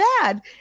bad